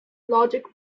logic